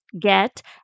get